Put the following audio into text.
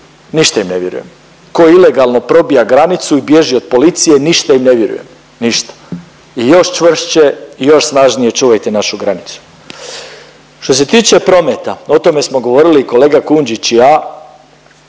ništa im ne vjerujem. Ko ilegalno probija granicu i bježi od policije ništa im ne vjerujem, ništa i još čvršće i još snažnije čuvajte našu granicu. Što se tiče prometa, o tome smo govorili i kolega Kujundžić i ja,